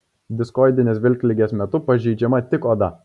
diskoidinės vilkligės metu pažeidžiama tik oda